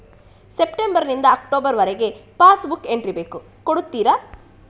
September ನಿಂದ October ವರಗೆ passbook entry ಬೇಕು ಕೊಡುತ್ತೀರಾ?